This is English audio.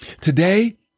Today